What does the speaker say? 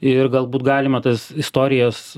ir galbūt galima tas istorijas